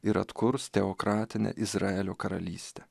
ir atkurs teokratinę izraelio karalystę